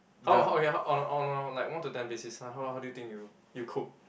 how how okay how on on like one to ten basis like how how how do you think you you cook